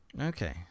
Okay